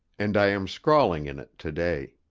and i am scrawling in it to-day.